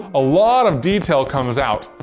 a lot of detail comes out.